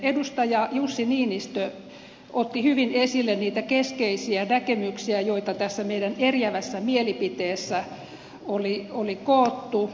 edustaja jussi niinistö otti hyvin esille niitä keskeisiä näkemyksiä joita tähän meidän eriävään mielipiteeseen oli koottu